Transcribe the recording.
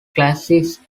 classics